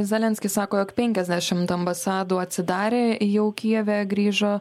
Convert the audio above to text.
zelenskis sako jog penkiasdešimt ambasadų atsidarė jau kijeve grįžo